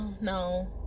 No